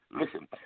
Listen